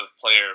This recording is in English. player